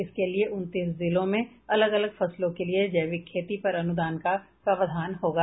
इसके लिए उनतीस जिलों में अलग अलग फसलों के लिए जैविक खेती पर अनुदान का प्रावधान होगा